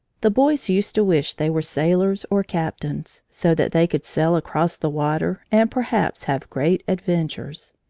the boys used to wish they were sailors or captains, so that they could sail across the water and perhaps have great adventures.